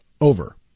over